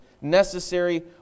necessary